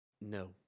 No